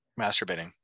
Masturbating